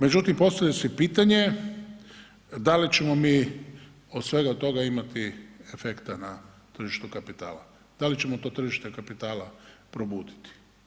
Međutim postavlja se pitanje da li ćemo mi od svega toga imati efekta na tržištu kapitala, da li ćemo to trži kapitala probuditi?